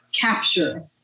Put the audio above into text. capture